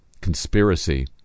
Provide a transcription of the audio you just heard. conspiracy